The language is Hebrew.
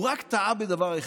הוא רק טעה בדבר אחד: